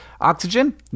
oxygen